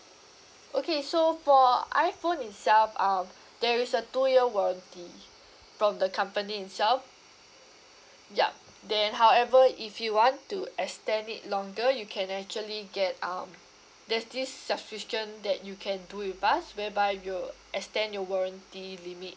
okay so for iphone itself um there is a two year warranty from the company itself yup then however if you want to extend it longer you can actually get um there's this subscription that you can do with us whereby you'll extend your warranty limit